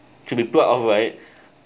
should be plot off right